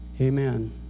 Amen